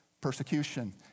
persecution